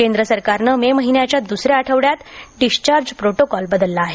केंद्र सरकारने मे महिन्यांच्या दुसऱ्या आठवडयात डिस्चार्ज प्रोटोकॉल बदलला आहे